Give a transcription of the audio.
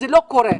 לא קורה.